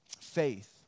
Faith